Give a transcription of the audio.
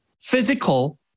physical